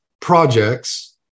projects